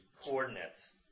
coordinates